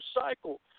cycle